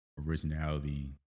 originality